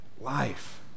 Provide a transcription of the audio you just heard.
life